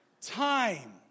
time